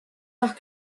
noch